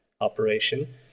operation